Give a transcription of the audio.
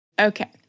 Okay